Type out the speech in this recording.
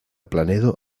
planedo